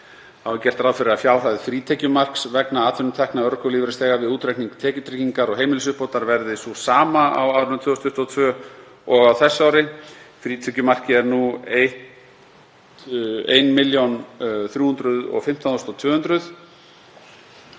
Þá er gert ráð fyrir að fjárhæð frítekjumarks vegna atvinnutekna örorkulífeyrisþega við útreikning tekjutryggingar og heimilisuppbótar verði sú sama á árinu 2022 og á þessu ári. Frítekjumarkið er nú 1.315.200